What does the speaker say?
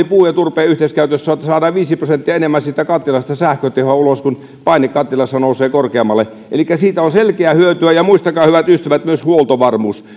puun ja turpeen yhteiskäytössä on että saadaan viisi prosenttia enemmän siitä kattilasta sähkötehoa ulos kun paine kattilassa nousee korkeammalle elikkä siitä on selkeää hyötyä ja muistakaa hyvät ystävät myös huoltovarmuus